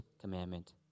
commandment